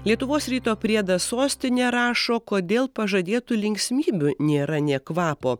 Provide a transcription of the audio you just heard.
lietuvos ryto priedas sostinė rašo kodėl pažadėtų linksmybių nėra nė kvapo